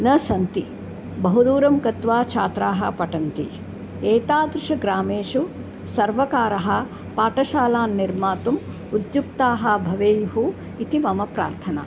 न सन्ति बहुदूरं गत्वा छात्राः पठन्ति एतादृशग्रामेषु सर्वकारः पाठशालानः निर्मातुम् उद्युक्ताः इति मम प्रार्थना